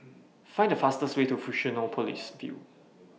Find The fastest Way to Fusionopolis View